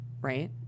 right